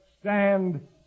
stand